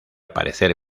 parecer